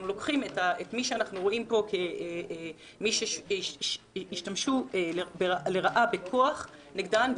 אנחנו לוקחים את מי שאנחנו רואים פה כמי שהשתמשו לרעה בכוח נגדן,